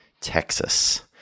Texas